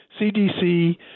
CDC